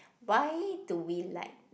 why do we like